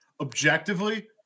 Objectively